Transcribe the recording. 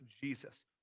Jesus